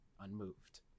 unmoved